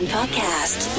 Podcast